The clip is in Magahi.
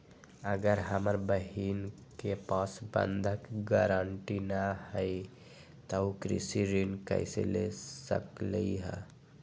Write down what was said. अगर हमर बहिन के पास बंधक गरान्टी न हई त उ कृषि ऋण कईसे ले सकलई ह?